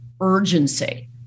urgency